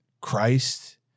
Christ